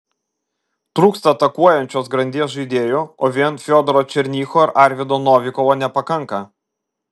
trūksta atakuojančios grandies žaidėjų o vien fiodoro černycho ir arvydo novikovo nepakanka